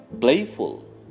playful